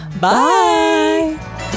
Bye